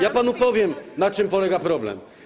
Ja panu powiem, na czym polega problem.